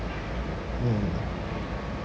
mm